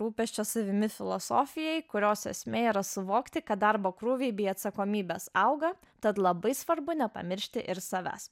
rūpesčio savimi filosofijai kurios esmė yra suvokti kad darbo krūviai bei atsakomybės auga tad labai svarbu nepamiršti ir savęs